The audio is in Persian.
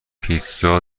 پیتزا